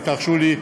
אם תרשו לי,